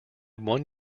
one